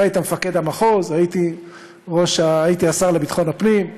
אתה היית מפקד המחוז, הייתי השר לביטחון הפנים.